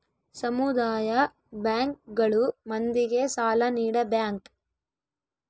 ಸಮುದಾಯ ಬ್ಯಾಂಕ್ ಗಳು ಮಂದಿಗೆ ಸಾಲ ನೀಡ ಬ್ಯಾಂಕ್